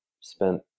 spent